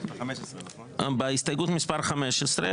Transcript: בהסתייגות מספר 15,